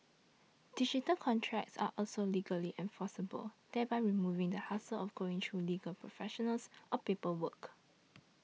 digital contracts are also legally enforceable thereby removing the hassle of going through legal professionals or paperwork